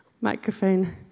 microphone